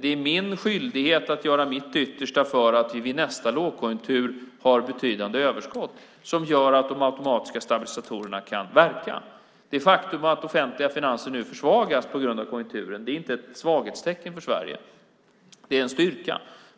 Det är min skyldighet att göra mitt yttersta för att vi vid nästa lågkonjunktur ska ha betydande överskott som gör att de automatiska stabilisatorerna kan verka. Det faktum att offentliga finanser nu försvagas på grund av konjunkturen är inte ett svaghetstecken för Sverige. Det är en styrka.